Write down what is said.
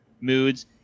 moods